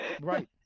right